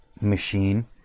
machine